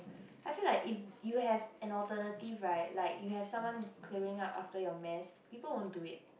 I feel like if you have an alternative right like you have someone clearing up after your mess people won't do it